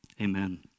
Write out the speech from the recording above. amen